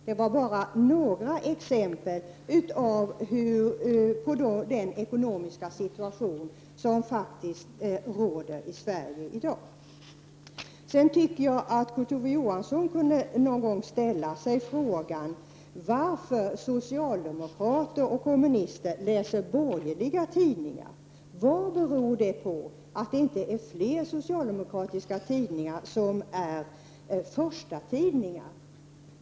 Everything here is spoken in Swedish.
Det var bara några exempel på den ekonomiska situation som råder för tidningarna i Sverige i dag. Kurt Ove Johansson borde någon gång ställa sig frågan varför socialdemokrater och kommunister läser borgerliga tidningar. Vad beror det på att det inte är fler socialdemokratiska tidningar som är förstatidningar?